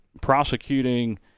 prosecuting